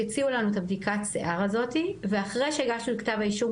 הציעו לנו את בדיקת השיער הזאתי ואחרי שהגשנו את כתב האישום,